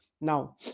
now